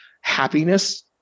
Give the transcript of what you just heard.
happiness